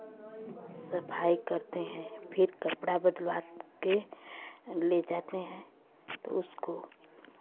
सफाई करते हैं फिर कपड़ा बदलवा के ले जाते हैं तो उसको